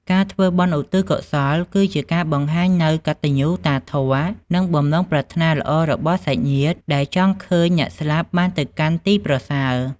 ការធ្វើបុណ្យឧទ្ទិសកុសល គឺជាការបង្ហាញនូវកតញ្ញូតាធម៌ និងបំណងប្រាថ្នាល្អរបស់សាច់ញាតិ ដែលចង់ឃើញអ្នកស្លាប់បានទៅកាន់ទីប្រសើរ។